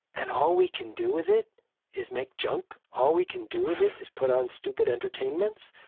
and all we can do with it is make junk? all we can do with it is put on stupid entertainments?